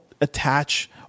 attach